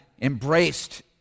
embraced